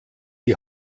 die